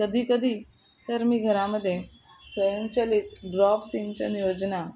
कधीकधी तर मी घरामध्ये स्वयंचलित ड्रॉप सिंचन योजना